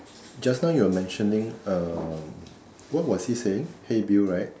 just now you were mentioning uh what was he saying hey Bill right